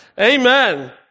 Amen